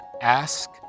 ask